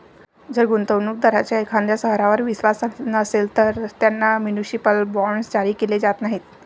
जर गुंतवणूक दारांचा एखाद्या शहरावर विश्वास नसेल, तर त्यांना म्युनिसिपल बॉण्ड्स जारी केले जात नाहीत